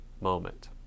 moment